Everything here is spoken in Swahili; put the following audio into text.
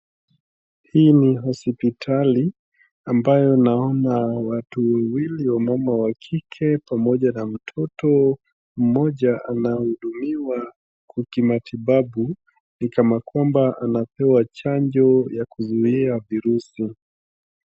Hii ni hospitali ambayo naona watu wawili wamama wa kike pamoja na mtoto mmoja anahudumiwa kima tiba ni kama kwamba anapewa chanjo ya kuzuia virusi.